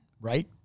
right